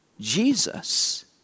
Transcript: Jesus